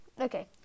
okay